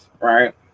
right